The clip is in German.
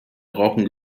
brauchen